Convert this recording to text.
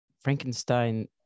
Frankenstein